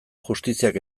justiziak